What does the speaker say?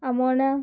Amona